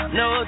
no